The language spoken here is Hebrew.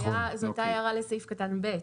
זו הייתה הערה לסעיף קטן (ב).